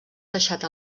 deixat